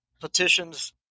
petitions